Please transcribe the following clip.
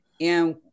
And-